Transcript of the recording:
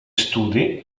studi